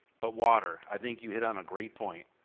but water. i think you hit on a great point.